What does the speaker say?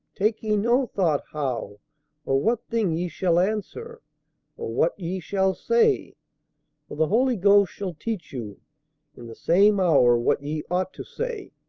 take ye no thought how or what thing ye shall answer, or what ye shall say for the holy ghost shall teach you in the same hour what ye ought to say.